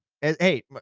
hey